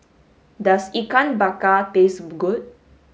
does ikan bakar taste good